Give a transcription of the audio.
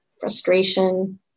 frustration